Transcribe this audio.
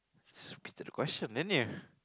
spit it a question didn't you